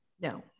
No